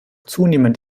zunehmend